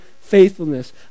faithfulness